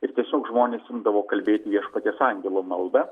ir tiesiog žmonės imdavo kalbėti viešpaties angelo maldą